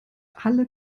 alle